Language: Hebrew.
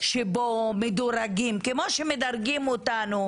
שבו מדורגים כמו שמדרגים אותנו,